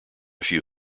few